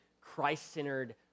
Christ-centered